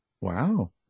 Wow